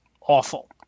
awful